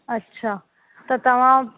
अच्छा त तव्हां